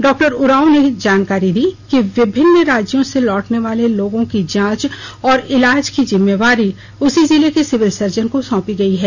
डॉ उरांव ने जानकारी दी कि विभिन्न राज्यों से लौटने वाले लोगों की जांच और इलाज की जिम्मेवारी उसी जिले के सिविल सर्जन को सौंपी गयी है